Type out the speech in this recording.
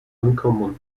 uncommon